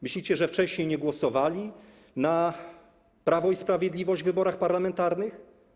Myślicie, że wcześniej nie głosowali na Prawo i Sprawiedliwość w wyborach parlamentarnych?